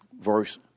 verse